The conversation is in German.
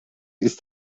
ist